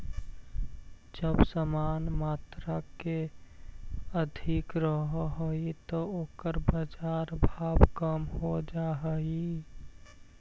जब समान के मात्रा अधिक रहऽ हई त ओकर बाजार भाव कम हो जा हई